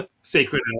sacred